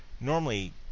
normally